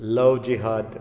love jihad